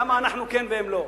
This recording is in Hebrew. למה אנחנו כן והם לא.